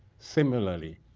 similarly,